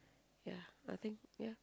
ya I think ya